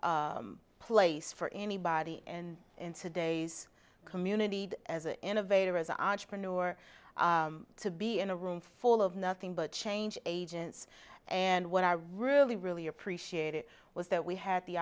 place for anybody and in today's community as an innovator as an entrepreneur to be in a room full of nothing but change agents and what i really really appreciated was that we had the